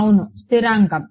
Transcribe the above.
అవును స్థిరాంకం